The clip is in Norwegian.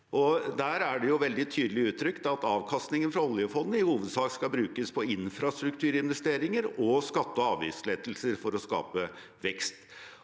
er det veldig tydelig uttrykt at avkastningen fra oljefondet i hovedsak skal brukes på infrastrukturinvesteringer og skatte- og avgiftslettelser for å skape vekst.